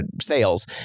sales